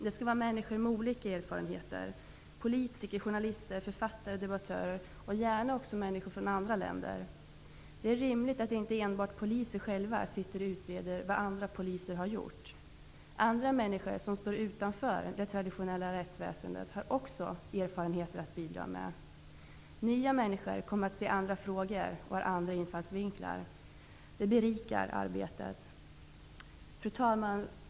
Det skall vara människor med olika erfarenheter; politiker, journalister, författare, debattörer och gärna också människor från andra länder. Det är rimligt att inte enbart poliser själva sitter och utreder vad andra poliser har gjort. Andra människor, som står utanför det traditionella rättsväsendet, har också erfarenheter att bidra med. Nya människor kommer att se andra frågor och har andra infallsvinklar. Det berikar arbetet. Fru talman!